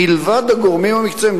מלבד הגורמים המקצועיים,